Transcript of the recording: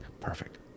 Perfect